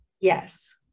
Yes